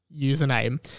username